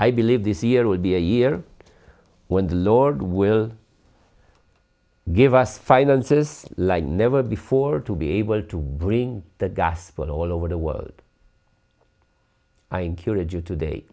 i believe this year will be a year when the lord will give us finances like never before to be able to bring the gospel all over the world i am curious you today